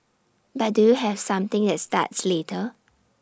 but do you have something that starts later